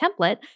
template